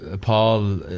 Paul